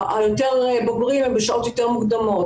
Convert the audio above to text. היותר בוגרים הם בשעות יותר מוקדמות.